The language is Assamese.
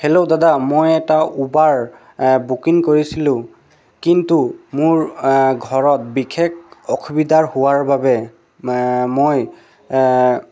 হেল্ল' দাদা মই এটা উবাৰ বুকিং কৰিছিলো কিন্তু মোৰ ঘৰত বিশেষ অসুবিধা হোৱাৰ বাবে মই